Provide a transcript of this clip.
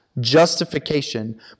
justification